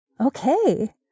Okay